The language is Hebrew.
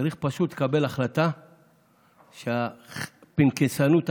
צריך פשוט לקבל החלטה שהפנקסנות הקטנה,